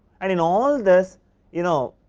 and in all this you know,